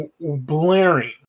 blaring